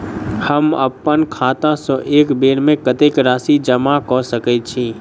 हम अप्पन खाता सँ एक बेर मे कत्तेक राशि जमा कऽ सकैत छी?